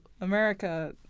America